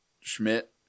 Schmidt